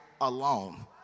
alone